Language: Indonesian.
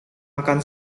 makan